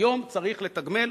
היום צריך לתגמל,